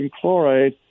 chloride